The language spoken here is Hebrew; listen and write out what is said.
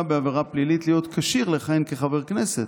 בעבירה פלילית להיות כשיר לכהן כחבר כנסת,